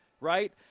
right